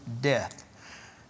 death